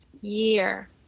year